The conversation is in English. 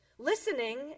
Listening